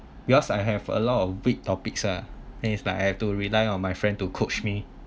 because I have a lot of weak topics lah then it's like I have to rely on my friend to coach me